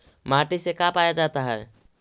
माटी से का पाया जाता है?